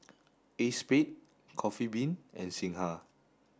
ACEXSPADE Coffee Bean and Singha